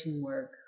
work